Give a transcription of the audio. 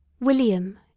William